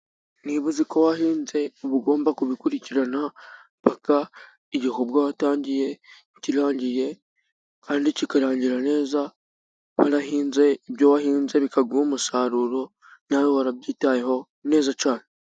Niba uzi ko wahinze， uba ugomba kubikurikirana paka，igikorwa watangiye kirangiye， kandi kikarangira neza，warahinze，ibyo wahinze bikaguha umusaruro， nawe warabyitayeho neza cyane.